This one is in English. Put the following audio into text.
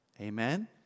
Amen